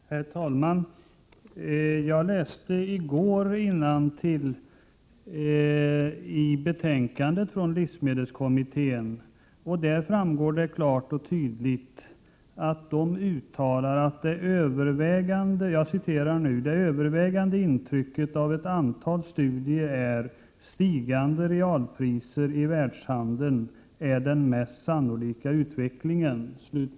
Herr talman! Jag läste i går innantill i betänkandet från livsmedelskommittén. Där framgår klart och tydligt att det övervägande intrycket av ett antal studier är att stigande realpriser i världshandeln är den mest sannolika utvecklingen.